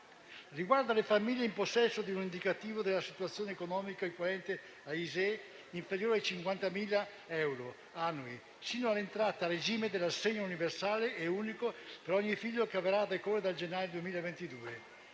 Riguarda le famiglie in possesso di un Indicatore della situazione economica equivalente (ISEE) inferiore a 50.000 euro annui, fino all'entrata a regime dell'assegno universale e unico per ogni figlio, che avverrà a decorrere dal gennaio 2022.